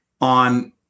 on